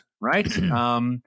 right